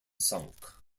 sunk